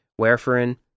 warfarin